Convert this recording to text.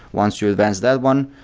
once you advance that one,